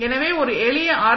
எனவே ஒரு எளிய ஆர்